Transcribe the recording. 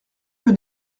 que